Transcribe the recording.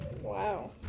Wow